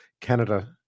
Canada